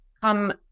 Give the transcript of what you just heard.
come